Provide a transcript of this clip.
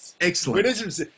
excellent